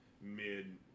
mid